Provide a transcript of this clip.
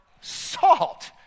salt